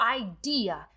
idea